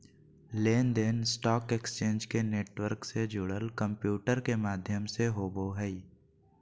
लेन देन stock exchange के network से जुड़ल कंम्प्यूटर के माध्यम से होबो हइ